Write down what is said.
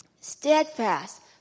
steadfast